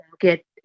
get